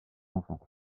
enfants